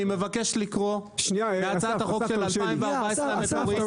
אני מבקש לקרוא מהצעת החוק של 2014. אסף,